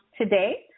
today